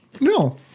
No